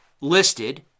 listed